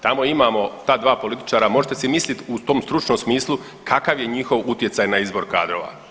I ako tamo imamo ta dva političara možete si mislit u tom stručnom smislu kakav je njihov utjecaj na izbor kadrova.